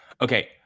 Okay